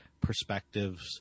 perspectives